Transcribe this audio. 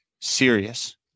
serious